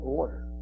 order